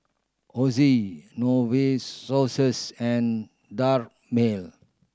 Oxy Novosource and